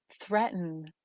threaten